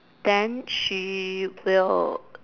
then she will